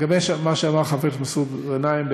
לגבי מה שאמר חבר הכנסת מסעוד גנאים,